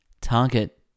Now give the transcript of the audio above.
target